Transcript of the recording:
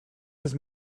his